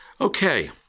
Okay